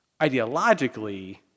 Ideologically